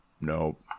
nope